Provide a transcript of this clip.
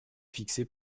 fixé